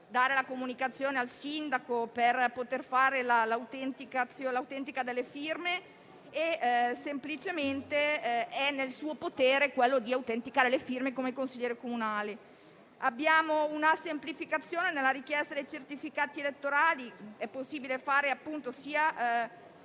dare la comunicazione al sindaco per poter fare l'autentica delle firme; semplicemente è in suo potere autenticare le firme come consigliere comunale. Si realizza poi una semplificazione nella richiesta dei certificati elettorali: è possibile farne sia